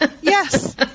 Yes